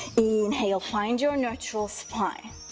inhale, find your neutral spine,